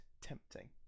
tempting